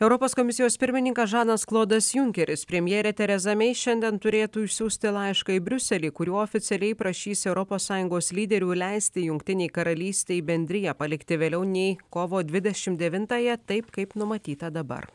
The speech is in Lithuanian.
europos komisijos pirmininkas žanas klodas junkeris premjerė tereza mei šiandien turėtų išsiųsti laišką į briuselį kuriuo oficialiai prašys europos sąjungos lyderių leisti jungtinei karalystei bendriją palikti vėliau nei kovo dvidešim devintąją taip kaip numatyta dabar